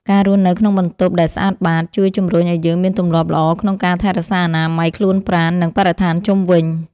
ការរស់នៅក្នុងបន្ទប់ដែលស្អាតបាត ជួយជម្រុញឱ្យយើងមានទម្លាប់ល្អក្នុងការថែរក្សាអនាម័យខ្លួនប្រាណ និងបរិស្ថានជុំវិញ។